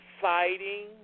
fighting